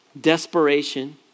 desperation